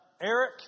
Eric